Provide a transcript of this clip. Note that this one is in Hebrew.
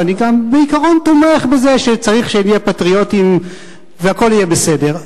ואני גם בעיקרון תומך בזה שצריך שנהיה פטריוטים והכול יהיה בסדר.